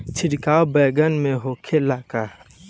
छिड़काव बैगन में होखे ला का?